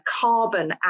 carbon